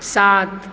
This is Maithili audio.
सात